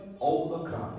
overcome